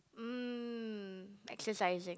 mm exercising